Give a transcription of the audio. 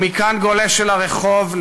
ומכאן גולש אל הרחוב,